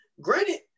Granted